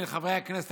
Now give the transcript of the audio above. בין חברי הכנסת,